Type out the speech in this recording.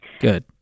Good